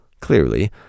clearly